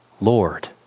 Lord